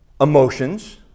emotions